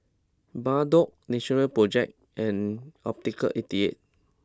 Bardot Natural Project and Optical eighty eight